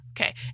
Okay